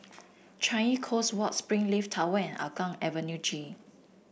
Changi Coast Walk Springleaf Tower and Hougang Avenue G